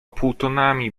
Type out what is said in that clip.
półtonami